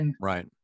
right